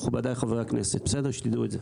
מכובדיי חברי הכנסת, שתדעו את זה.